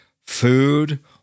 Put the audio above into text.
food